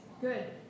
Good